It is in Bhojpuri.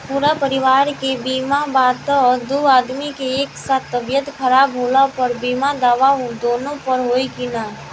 पूरा परिवार के बीमा बा त दु आदमी के एक साथ तबीयत खराब होला पर बीमा दावा दोनों पर होई की न?